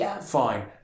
fine